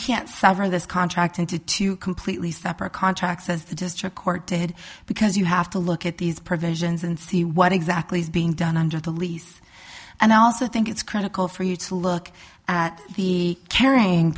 can't sever this contract into two completely separate contracts as the district court did because you have to look at these provisions and see what exactly is being done under the lease and i also think it's critical for you to look at the caring